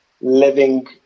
living